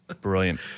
brilliant